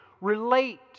relate